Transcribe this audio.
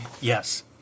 Yes